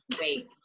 Wait